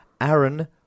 Aaron